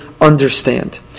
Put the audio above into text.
understand